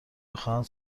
میخواهند